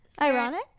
ironic